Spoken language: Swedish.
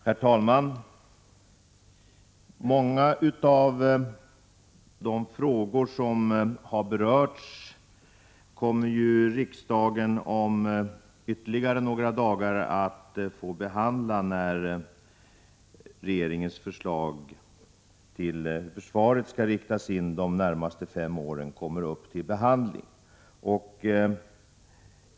Herr talman! Många av de frågor som här berörts kommer riksdagen om några dagar att få behandla när regeringens förslag till hur försvaret skall riktas in de närmaste fem åren kommer upp till behandling.